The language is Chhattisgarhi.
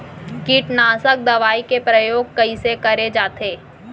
कीटनाशक दवई के प्रयोग कइसे करे जाथे?